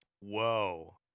Whoa